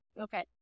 Okay